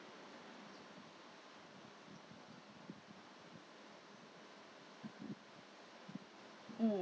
mm